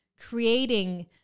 creating